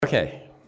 Okay